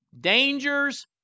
Dangers